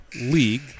league